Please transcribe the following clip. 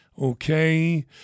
Okay